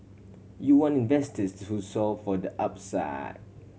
you want investors who solve for the upside